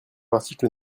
l’article